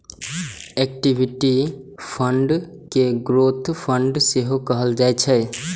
equity fund कें growth fund सेहो कहल जाइ छै